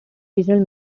original